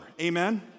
Amen